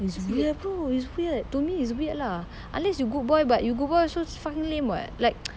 it's weird too it's weird to me it's weird lah unless you good boy but you good boy also it's fucking lame [what] like